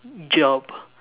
job